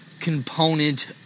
component